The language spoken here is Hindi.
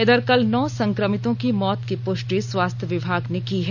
इधर कल नौ संक्रमितों की मौत की पृष्टि स्वास्थ्य विभाग ने की है